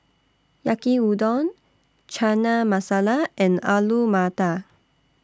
Yaki Udon Chana Masala and Alu Matar